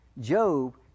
Job